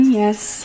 yes